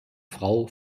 frau